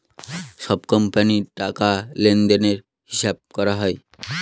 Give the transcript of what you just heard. সব কোম্পানির টাকা লেনদেনের হিসাব করা হয়